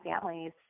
families